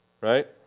Right